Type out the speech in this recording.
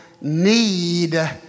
need